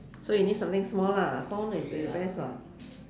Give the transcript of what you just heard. so you need something small lah phone is is the the best [what]